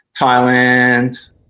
Thailand